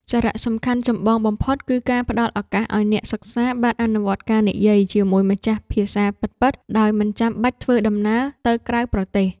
សារៈសំខាន់ចម្បងបំផុតគឺការផ្ដល់ឱកាសឱ្យអ្នកសិក្សាបានអនុវត្តការនិយាយជាមួយម្ចាស់ភាសាពិតៗដោយមិនចាំបាច់ធ្វើដំណើរទៅក្រៅប្រទេស។